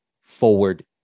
forward